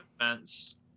defense